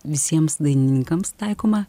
visiems dainininkams taikoma